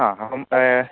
ആ അപ്പം